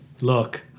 Look